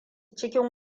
cikin